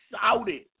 shouted